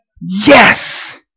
Yes